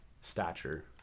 stature